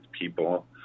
people